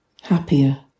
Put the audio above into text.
happier